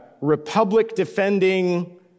Republic-defending